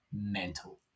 mental